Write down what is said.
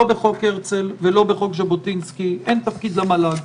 לא בחוק הרצל ולא בחוק ז'בוטינסקי אין תפקיד למל"ג.